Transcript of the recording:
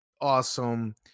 awesome